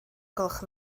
gwelwch